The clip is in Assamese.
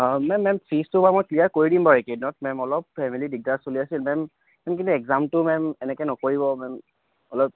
অঁ মে মেম ফিজটো বাৰু মই ক্লীয়াৰ কৰি দিম বাৰু এইকেইদিনত মেম অলপ ফেমিলী দিগদাৰ চলি আছিল মেম কিন্তু একজামটো মেম এনেকৈ নকৰিব মেম অলপ